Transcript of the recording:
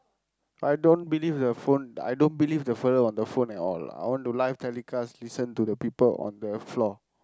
I don't believe the phone I don't believe the fellow on the phone at all I want to live telecast listen to the people on the floor